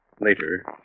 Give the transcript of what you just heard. later